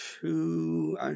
two